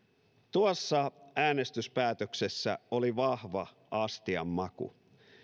tuossa äänestyspäätöksessä oli vahva astian maku